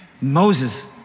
Moses